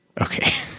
Okay